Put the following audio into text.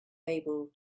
able